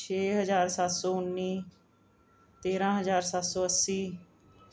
ਛੇ ਹਜ਼ਾਰ ਸੱਤ ਸੌ ਉੱਨੀ ਤੇਰ੍ਹਾਂ ਹਜ਼ਾਰ ਸੱਤ ਸੌ ਅੱਸੀ